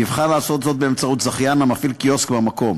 ויבחר לעשות זאת באמצעות זכיין המפעיל קיוסק במקום.